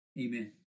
Amen